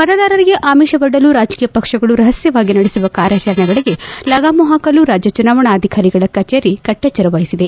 ಮತದಾರರಿಗೆ ಆಮಿಷವೊಡ್ಡಲು ರಾಜಕೀಯ ಪಕ್ಷಗಳು ರಹಸ್ಟವಾಗಿ ನಡೆಸುವ ಕಾರ್ಯಾಚರಣೆಗಳಿಗೆ ಲಗಾಮು ಪಾಕಲು ರಾಜ್ಯ ಚುನಾವಣಾಧಿಕಾರಿಗಳ ಕಚೇರಿ ಕಟ್ಟೆಚ್ಚರ ವಹಿಸಿದೆ